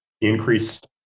Increased